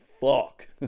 fuck